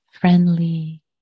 friendly